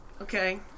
okay